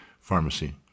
pharmacy